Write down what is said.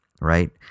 Right